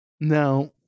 Now